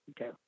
Okay